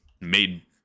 made